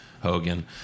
Hogan